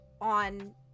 on